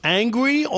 angry